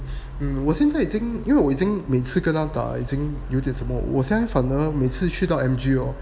um 我现在已经因为我已经每次跟他打已经有点什么我现在反而每次去到 M_G hor